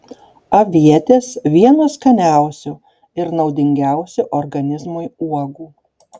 avietės vienos skaniausių ir naudingiausių organizmui uogų